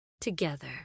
together